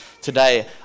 today